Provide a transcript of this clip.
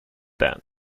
then